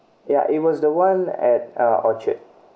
ya it was the one at uh orchard